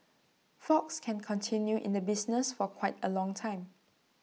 fox can continue in the business for quite A long time